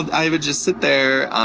and i would just sit there,